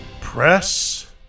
press